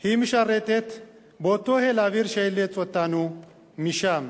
היא משרתת באותו חיל אוויר שחילץ אותנו משם.